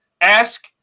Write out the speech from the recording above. Ask